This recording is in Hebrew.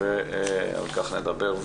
ועל כך נדבר.